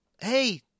Hey